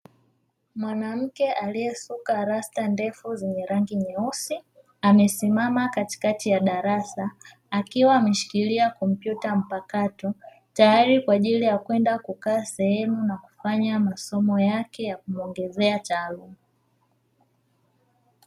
Mwanamke aliyesuka rasta ndefu zenye rangi nyeusi, amesimama katikati ya darasa akiwa ameshikilia kompyuta mpakato, tayari kwa ajili ya kwenda kukaa sehemu na kufanya masomo yake ya kumuongezea taaluma.